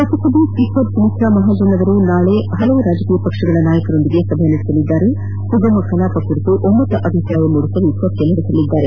Lok Sabha speaker Sumitra Mahajan ಅವರು ನಾಳಿ ನಾನಾ ರಾಜಕೀಯ ಪಕ್ಷಗಳ ನಾಯಕರೊಂದಿಗೆ ಸಭೆ ನಡೆಸಲಿದ್ದು ಸುಗಮ ಕಲಾಪ ಕುರಿತು ಒಮ್ಮತಾಭಿಪ್ರಾಯ ಮೂಡಿಸಲು ಚರ್ಚಿಸಲಿದ್ದಾರೆ